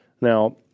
Now